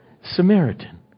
Samaritan